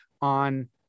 on